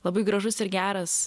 labai gražus ir geras